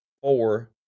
four